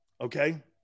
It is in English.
Okay